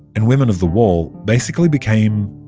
and women of the wall basically became,